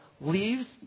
leaves